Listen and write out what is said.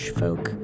folk